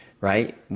right